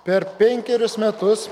per penkerius metus